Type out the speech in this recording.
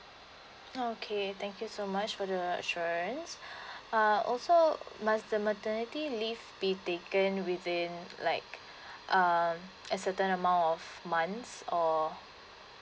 okay thank you so much for the assurance uh also must the maternity leave be taken within like um a certain amount of months or